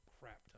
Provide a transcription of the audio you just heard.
crap